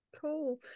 Cool